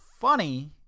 funny